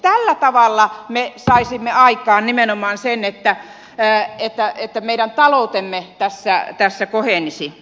tällä tavalla me saisimme aikaan nimenomaan sen että meidän taloutemme tässä kohenisi